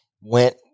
Went